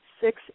six